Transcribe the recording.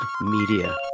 media